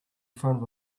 front